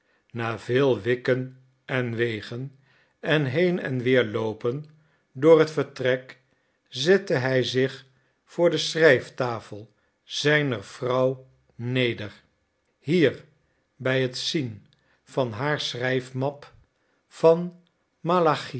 na veel wikken en wegen en heen en weer loopen door het vertrek zette hij zich voor de schrijftafel zijner vrouw neder hier bij het zien van haar schrijfmappe van